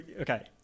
Okay